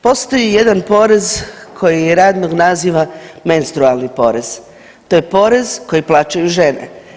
Postoji jedan porez koji je radnog naziva menstrualni porez, to je porez koji plaćaju žene.